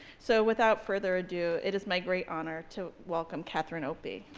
so without further ado, it is my great honor to welcome catherine opie.